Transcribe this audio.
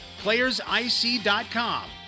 playersic.com